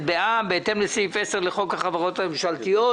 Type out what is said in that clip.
בע"מ בהתאם לסעיף 10 לחוק החברות הממשלתיות,